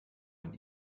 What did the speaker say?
ein